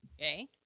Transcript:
Okay